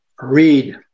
read